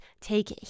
take